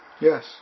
Yes